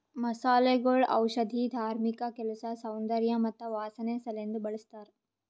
ಮಸಾಲೆಗೊಳ್ ಔಷಧಿ, ಧಾರ್ಮಿಕ ಕೆಲಸ, ಸೌಂದರ್ಯ ಮತ್ತ ವಾಸನೆ ಸಲೆಂದ್ ಬಳ್ಸತಾರ್